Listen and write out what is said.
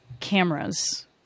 cameras